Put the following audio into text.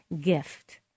gift